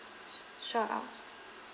s~ sure um